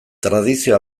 tradizio